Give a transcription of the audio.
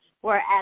whereas